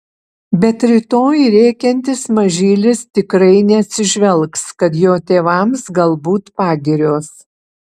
bet rytoj rėkiantis mažylis tikrai neatsižvelgs kad jo tėvams galbūt pagirios